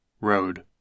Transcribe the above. Road